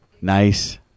nice